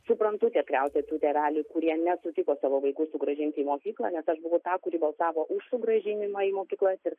suprantu tikriausiai tų tėvelių kurie nesutiko savo vaikus sugrąžinti į mokyklą nes aš buvau ta kuri balsavo už sugrąžinimą į mokyklas ir